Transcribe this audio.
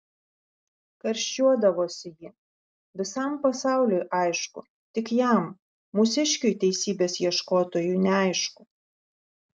karščiuodavosi ji visam pasauliui aišku tik jam mūsiškiui teisybės ieškotojui neaišku